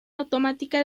automática